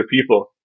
people